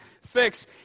fix